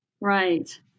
Right